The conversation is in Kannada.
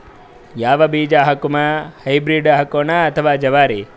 ಯಾವ ಬೀಜ ಹಾಕುಮ, ಹೈಬ್ರಿಡ್ ಹಾಕೋಣ ಅಥವಾ ಜವಾರಿ?